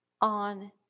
on